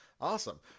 Awesome